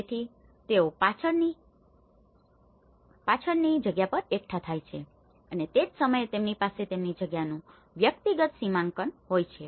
તેથી તેઓ પાછળની જગ્યા પર એકઠા થાય છે અને તે જ સમયે તેમની પાસે તેમની જગ્યાનું વ્યક્તિગત સીમાંકન હોય છે